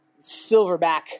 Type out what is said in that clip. Silverback